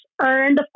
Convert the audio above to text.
Earned